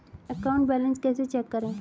Account balance कैसे check करें?